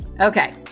Okay